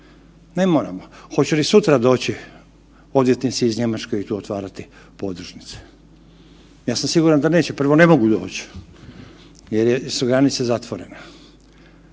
ne moramo, hoće li sutra doći odvjetnici iz Njemačke i tu otvarati podružnice? Ja sam siguran da neće, prvo ne mogu doći jer su granice zatvorene.